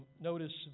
Notice